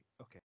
okay